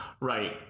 right